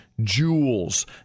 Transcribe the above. jewels